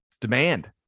demand